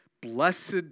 Blessed